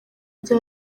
ibyo